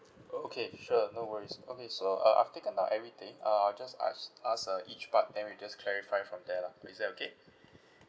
okay sure no worries okay so uh I've taken down everything uh I'll just ask ask uh each part then we just clarify from there lah is that okay